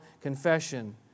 confession